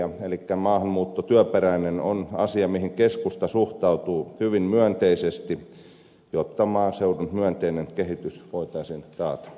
elikkä työperäinen maahanmuutto on asia johon keskusta suhtautuu hyvin myönteisesti jotta maaseudun myönteinen kehitys voitaisiin taata